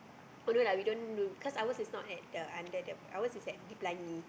oh no lah we don't do cause ours is not at the under the ours is at D-Pelangi